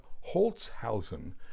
Holtzhausen